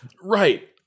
Right